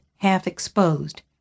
half-exposed